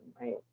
right